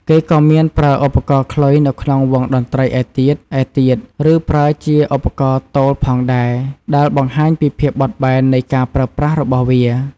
គេក៏មានប្រើឧបករណ៍ខ្លុយនៅក្នុងវង់តន្ត្រីឯទៀតៗ ឬប្រើជាឧបករណ៍ទោលផងដែរដែលបង្ហាញពីភាពបត់បែននៃការប្រើប្រាស់របស់វា។